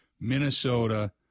Minnesota